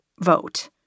vote